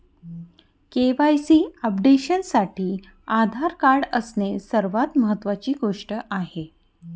KYC अपडेशनसाठी Aadhaar card असणे सर्वात महत्वाची गोष्ट आहे